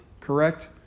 correct